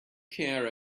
care